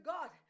God